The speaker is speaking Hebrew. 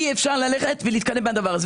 אי-אפשר להתקדם בדבר הזה.